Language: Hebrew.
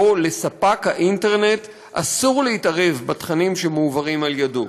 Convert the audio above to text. שבו לספק האינטרנט אסור להתערב בתכנים שמועברים על-ידו.